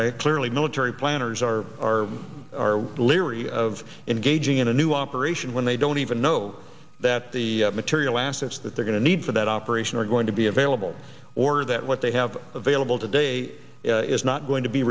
e clearly military planners are are are leery of engaging in a new operation when they don't even know that the material assets that they're going to need for that operation are going to be available or that what they have available today is not going to be